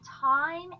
time